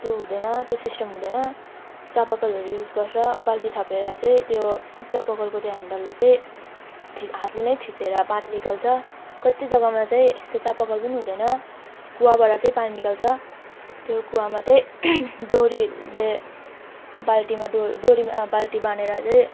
त्यो हुँदैन त्यो सिस्टम हुँदैन चापाकलहरू युज गरेर बाल्टी थापेर चाहिँ त्यो चापाकलको त्याँ ह्यान्डललाई चाहिँ थि हातले नै थिचेर पानी निकाल्छ कति जगामा चाहिँ त्यो चापा कल पनि हुँदैन कुवाबाट चाहिँ पानी निकाल्छ त्यो कुवामा चाहिँ डोरीले बाल्टीमा डो डोरीमा बाल्टी बानेर चाहिँ